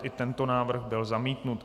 I tento návrh byl zamítnut.